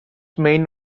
main